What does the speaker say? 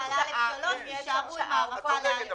ועל (א)(3) ותישארו עם הארכה ל-(א)(2).